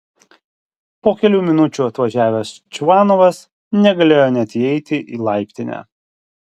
po kelių minučių atvažiavęs čvanovas negalėjo net įeiti į laiptinę